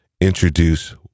Introduce